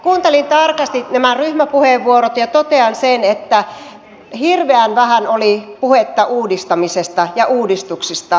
kuuntelin tarkasti nämä ryhmäpuheenvuorot ja totean sen että hirveän vähän oli puhetta uudistamisesta ja uudistuksista